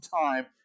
time